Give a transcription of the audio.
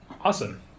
Awesome